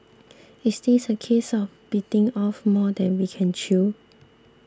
is this a case of biting off more than we can chew